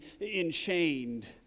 enchained